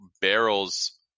barrels